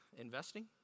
investing